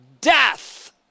death